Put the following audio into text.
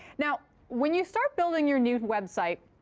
now when you start building your new website,